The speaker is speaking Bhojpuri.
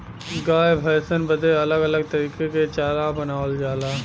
गाय भैसन बदे अलग अलग तरीके के चारा बनावल जाला